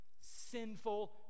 Sinful